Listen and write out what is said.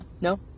no